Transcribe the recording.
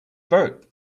vote